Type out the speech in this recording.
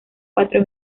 cuatro